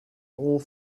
all